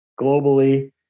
globally